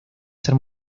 ser